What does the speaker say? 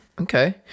Okay